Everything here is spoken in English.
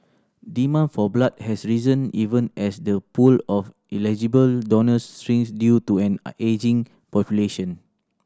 demand for blood has risen even as the pool of eligible donors shrinks due to an a ageing population